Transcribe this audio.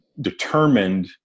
determined